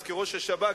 אז כראש השב"כ,